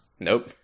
nope